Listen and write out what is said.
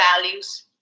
values